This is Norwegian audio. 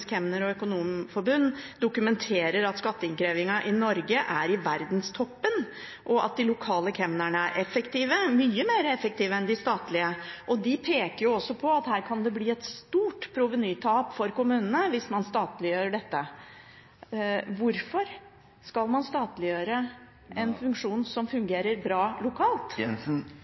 Norges kemner- og kommunekassererforbund dokumenterer at skatteinnkrevingen i Norge er i verdenstoppen, og at de lokale kemnerne er mye mer effektive enn de statlige. De peker også på at det kan bli et stort provenytap for kommunene hvis man statliggjør dette. Hvorfor skal man statliggjøre en funksjon som fungerer bra lokalt?